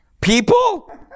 People